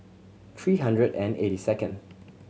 three hundred and eighty second